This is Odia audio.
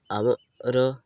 ଆମର